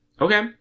Okay